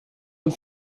uns